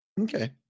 Okay